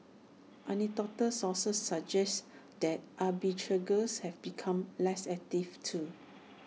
anecdotal sources suggest that arbitrageurs have become less active too